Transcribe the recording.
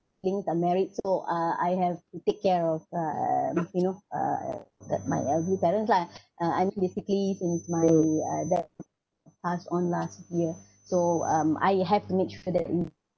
siblings are married so uh I have to take care of um you know uh that my elder parents lah uh I'm basically since my uh dad passed on last year so um I have to make sure that